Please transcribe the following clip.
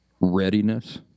readiness